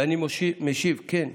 ואני משיב, כן,